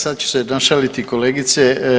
Sada ću se našaliti kolegice.